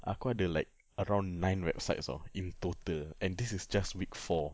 aku ada like around nine websites tahu in total and this is just week four